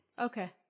Okay